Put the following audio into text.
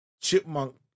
chipmunk